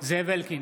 זאב אלקין,